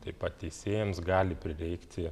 taip pat teisėjams gali prireikti